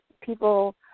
people